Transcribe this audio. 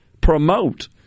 promote